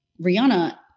Rihanna